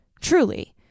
Truly